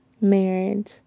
marriage